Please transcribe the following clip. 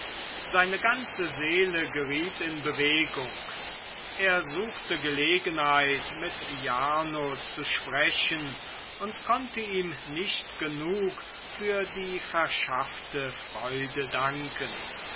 seine ganze seele geriet in bewegung er suchte gelegenheit mit jarno zu sprechen und konnte ihm nicht genug für die verschaffte freude danken